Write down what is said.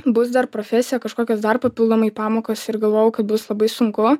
bus dar profesija kažkokios dar papildomai pamokos ir galvojau kad bus labai sunku